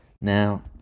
Now